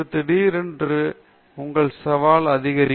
திடீரென்று உங்கள் சவால் அதிகரிக்கும்